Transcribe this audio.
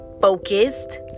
focused